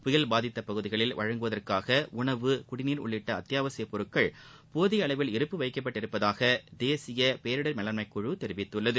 புயல் பாதித்த பகுதிகளில் வழங்குவதற்காக உணவு குடிநீர் உள்ளிட்ட அத்தியாவசிய பொருட்கள் போதிய அளவில் இருப்பு வைக்கப்பட்டு உள்ளதாக தேசிய பேரிடர் மேலாண்மைக்குழு தெரிவித்துள்ளது